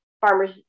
farmers